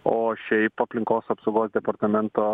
o šiaip aplinkos apsaugos departamento